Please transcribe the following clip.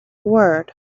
word